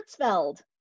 Hertzfeld